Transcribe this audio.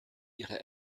ihre